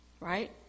right